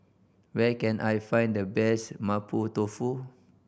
where can I find the best Mapo Tofu